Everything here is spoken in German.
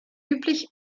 üblich